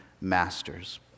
masters